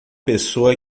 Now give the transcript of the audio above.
pessoa